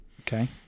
Okay